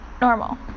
normal